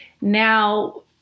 now